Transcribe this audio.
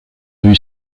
vue